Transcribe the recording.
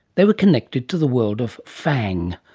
they were connected to the world of fang.